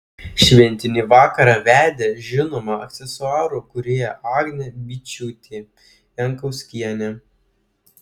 šventinį vakarą vedė žinoma aksesuarų kūrėja agnė byčiūtė jankauskienė